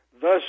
thus